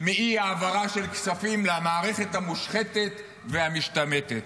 מאי-העברה של כספים למערכת המושחתת והמשתמטת.